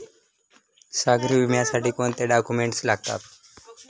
सागरी विम्यासाठी कोणते डॉक्युमेंट्स लागतात?